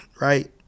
right